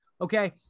Okay